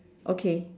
okay